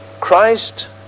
Christ